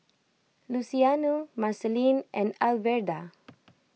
Luciano Marceline and Alverda